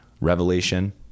revelation